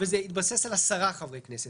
וזה התבסס על עשרה חברי כנסת.